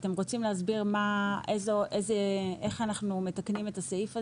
אתם רוצים להסביר איך אנחנו מתקנים את הסעיף הזה?